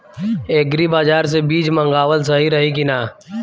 Agri बाज़ार से बीज मंगावल सही रही की ना?